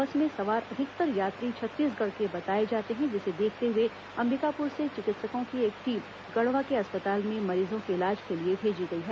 बस में सवार अधिकतर यात्री छत्तीसगढ़ के बताए जाते हैं जिसे देखते हुए अंबिकापुर से चिकित्सकों की एक टीम गढ़वा के अस्पताल में मरीजों के इलाज के लिए भेजी गई है